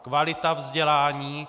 Kvalita vzdělání.